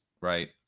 right